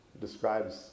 describes